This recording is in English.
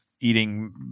eating